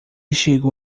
chegou